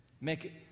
Make